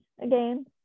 again